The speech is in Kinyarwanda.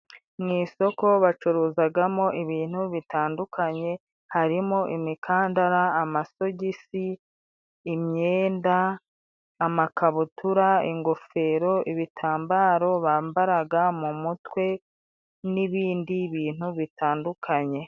Mu isoko bacuruzagamo ibintu bitandukanye, harimo imikandara, amasogisi, imyenda, amakabutura, ingofero, ibitambaro bambaraga mu mutwe n'ibindi bintu bitandukanye.